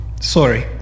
Sorry